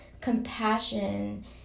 compassion